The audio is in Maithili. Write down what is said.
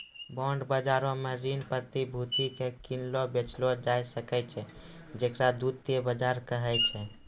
बांड बजारो मे ऋण प्रतिभूति के किनलो बेचलो जाय सकै छै जेकरा द्वितीय बजार कहै छै